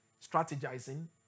strategizing